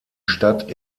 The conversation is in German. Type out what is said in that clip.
stadt